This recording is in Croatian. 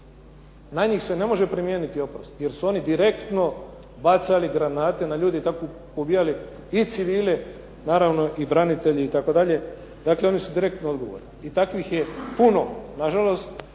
na njih se ne može primijeniti oprost jer su oni direktno bacali granate na ljude i tako poubijali i civile naravno i branitelje itd. Dakle, oni su direktno odgovorni i takvih je puno nažalost.